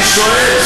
אני שואל,